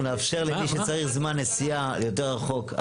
אנחנו נאפשר למי שצריך זמן נסיעה יותר רחוק.